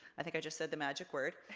i think i just said the magic word,